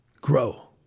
Grow